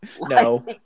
No